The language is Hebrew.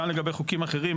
גם לגבי חוקים אחרים,